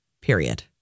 Period